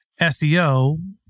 SEO